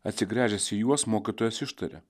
atsigręžęs į juos mokytojas ištaria